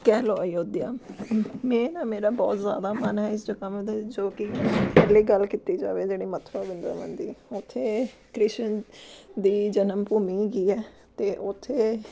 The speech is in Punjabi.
ਕਹਿ ਲਓ ਅਯੋਧਿਆ ਮੇਨ ਆ ਮੇਰਾ ਬਹੁਤ ਜ਼ਿਆਦਾ ਮਨ ਹੈ ਇਸ ਜਗ੍ਹਾਵਾਂ ਦਾ ਜੋ ਕਿ ਪਹਿਲੀ ਗੱਲ ਕੀਤੀ ਜਾਵੇ ਜਿਹੜੀ ਮਥੁਰਾ ਵਰਿੰਦਾਵਨ ਦੀ ਹੈ ਉੱਥੇ ਕ੍ਰਿਸ਼ਨ ਦੀ ਜਨਮ ਭੂਮੀ ਹੈਗੀ ਹੈ ਅਤੇ ਉੱਥੇ